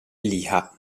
liha